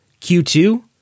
Q2